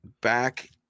back